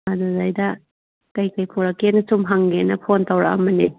ꯑꯗꯨꯗꯩꯗ ꯀꯔꯤ ꯀꯔꯤ ꯄꯨꯔꯛꯀꯦꯅ ꯁꯨꯝ ꯍꯪꯒꯦꯅ ꯐꯣꯟ ꯇꯧꯔꯛꯑꯝꯕꯅꯤ